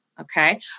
Okay